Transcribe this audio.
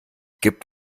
gibt